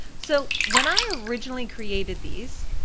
so when i originally created these,